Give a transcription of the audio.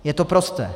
Je to prosté.